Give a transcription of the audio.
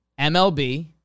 MLB